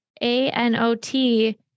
A-N-O-T